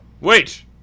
Wait